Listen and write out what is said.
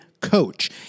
coach